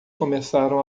começaram